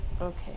Okay